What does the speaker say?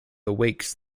awakes